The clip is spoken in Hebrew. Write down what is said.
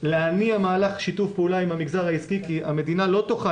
להניע מהלך שיתוף פעולה עם המגזר העסקי כי המדינה לא תוכל